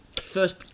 first